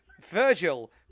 Virgil